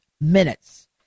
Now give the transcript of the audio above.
minutes